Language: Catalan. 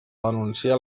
denunciar